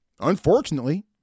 Unfortunately